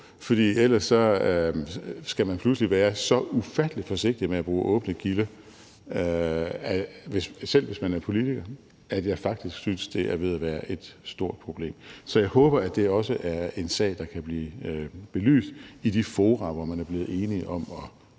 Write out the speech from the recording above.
for ellers skal man pludselig være så ufattelig forsigtig med at bruge åbne kilder – selv hvis man er politiker – at jeg faktisk synes, at det er ved at være et stort problem. Så jeg håber, at det også er en sag, der kan blive belyst i de fora, hvor man er blevet enige om at